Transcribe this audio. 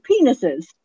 penises